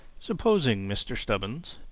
supposing, mr. stubbins,